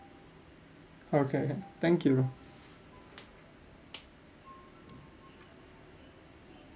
okay can thank you